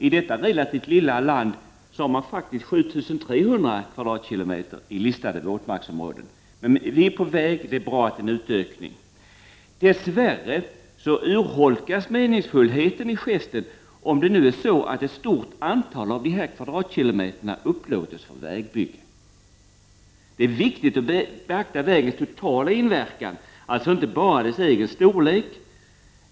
I detta relativt lilla land har man faktiskt 7 300 km? i listade våtmarksområden. Men vi är alltså på väg, och det är bra att det blir en utökning. Dess värre urholkas meningsfullheten i gesten om ett stort antal av dessa kvadratkilometer upplåts för vägbygge. Det är viktigt att beakta vägens totala inverkan, inte bara dess egen storlek.